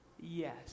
Yes